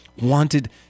wanted